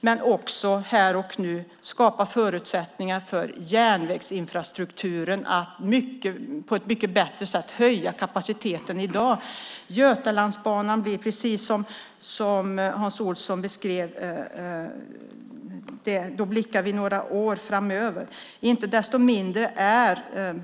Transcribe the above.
Man måste också skapa förutsättningar för järnvägsinfrastrukturen att på ett bättre sätt höja kapaciteten. Hans Olsson talade om Götalandsbanan. Då blickar vi några år framåt.